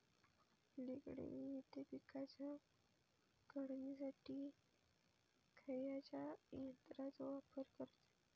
अलीकडे विविध पीकांच्या काढणीसाठी खयाच्या यंत्राचो वापर करतत?